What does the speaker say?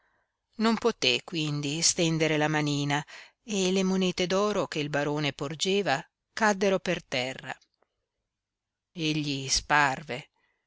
non poté quindi stendere la manina e le monete d'oro che il barone porgeva caddero per terra egli sparve